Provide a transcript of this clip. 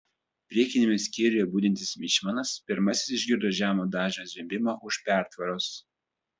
priekiniame skyriuje budintis mičmanas pirmasis išgirdo žemo dažnio zvimbimą už pertvaros